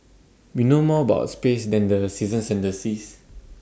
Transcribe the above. we know more about space than the seasons and the seas